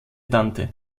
tante